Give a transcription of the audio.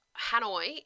Hanoi